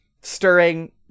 stirring